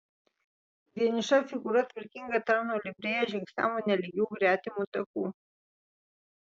vieniša figūra tvarkinga tarno livrėja žingsniavo nelygiu gretimu taku